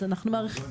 אז אנחנו מעריכים,